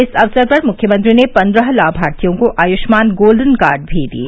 इस अवसर पर मुख्यमंत्री ने पंद्रह लाभार्थियों को आयुष्मान गोल्डन कार्ड भी दिए